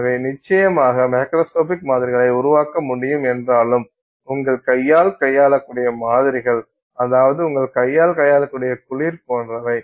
எனவே நிச்சயமாக மேக்ரோஸ்கோபிக் மாதிரிகளை உருவாக்க முடியும் என்றாலும் உங்கள் கையால் கையாளக்கூடிய மாதிரிகள் அதாவது உங்கள் கையால் கையாளக்கூடிய குளிர் போன்றவை